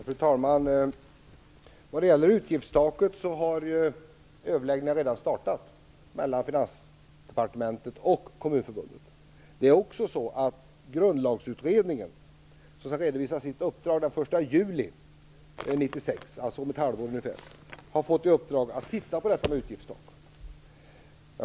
Fru talman! Vad gäller utgiftstaket har överläggningar mellan Finansdepartementet och Kommunförbundet redan startat. Dessutom har Grundlagsutredningen, som skall redovisa sitt uppdrag den 1 juli 1996, dvs. om ungefär ett halvår, fått i uppdrag att se över det här med utgiftstak.